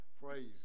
Praise